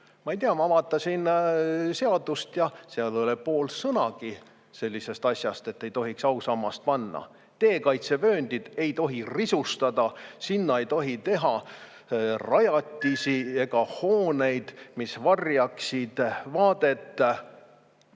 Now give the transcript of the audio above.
Ma ei tea, ma vaatasin seadust ja seal ei ole poolt sõnagi sellisest asjast, et ei tohiks ausammast sinna panna. Tee kaitsevööndit ei tohi risustada, sinna ei tohi teha rajatisi ega hooneid, mis varjaksid vaadet.